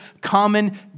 common